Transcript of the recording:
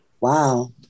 Wow